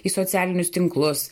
į socialinius tinklus